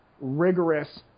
rigorous